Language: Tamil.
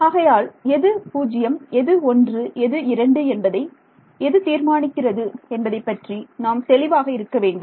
ஆகையால் எது 0 எது 1 எது 2 என்பதை எது தீர்மானிக்கிறது என்பதைப்பற்றி நாம் தெளிவாக இருக்க வேண்டும்